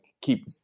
keep